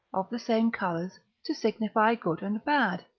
of the same colours, to signify good and bad.